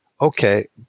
okay